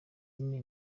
nyine